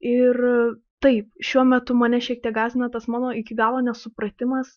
ir taip šiuo metu mane šiek tiek gąsdina tas mano iki galo nesupratimas